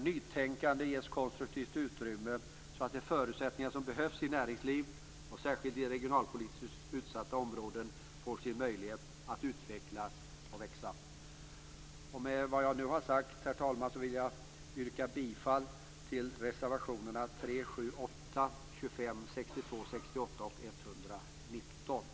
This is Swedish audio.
Nytänkande måste ges konstruktivt utrymme, så att de förutsättningar som behövs i näringslivet, särskilt i regionalpolitiskt utsatta områden, får sin möjlighet att utvecklas och växa. Herr talman! Med det som jag nu har sagt vill jag yrka bifall till reservationerna 3, 7, 8, 25, 62, 68 och